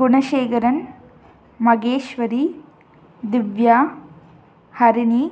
Gunasekaran Maheswari Divya Harini